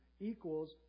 equals